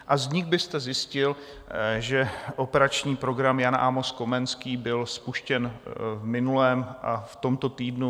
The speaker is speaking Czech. Z nich byste zjistil, že operační program Jan Amos Komenský byl spuštěn v minulém a v tomto týdnu.